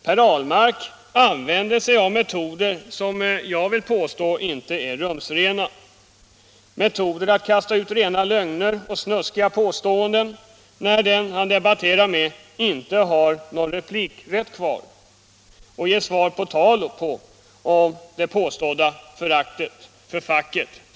Per Ahlmark använder sig av metoder som jag vill påstå inte är rumsrena, t.ex. metoden att kasta ut rena lögner och snuskiga påståenden när den han debatterar med inte har någon replikrätt kvar och kan ge svar på tal om det påstådda föraktet för facket.